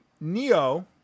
Neo